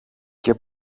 και